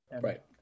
Right